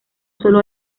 sólo